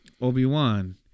Obi-Wan